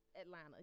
Atlanta